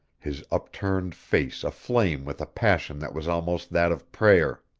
his upturned face aflame with a passion that was almost that of prayer.